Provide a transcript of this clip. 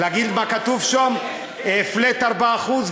אני מרשה לך.